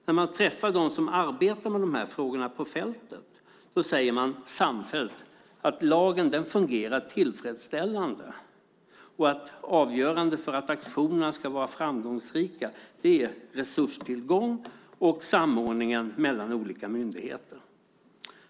När man träffar dem som arbetar med de här frågorna på fältet säger de samfällt att lagen fungerar tillfredsställande och att avgörande för att aktionerna ska vara framgångsrika är resurstillgång och samordningen mellan olika myndigheter.